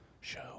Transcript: Show